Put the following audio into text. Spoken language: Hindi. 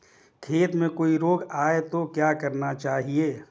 खेत में कोई रोग आये तो क्या करना चाहिए?